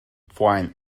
fine